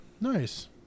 Nice